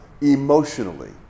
emotionally